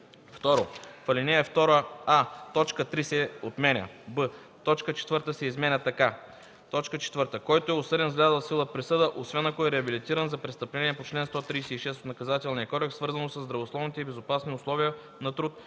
В ал. 2: а) точка 3 се отменя; б) точка 4 се изменя така: „4. който е осъден с влязла в сила присъда, освен ако е реабилитиран за престъпление по чл. 136 от Наказателния кодекс, свързано със здравословните и безопасни условия на труд,